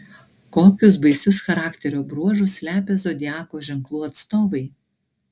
kokius baisius charakterio bruožus slepia zodiako ženklų atstovai